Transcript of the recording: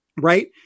right